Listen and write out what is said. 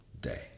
day